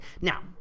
Now